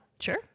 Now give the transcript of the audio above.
Sure